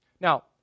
Now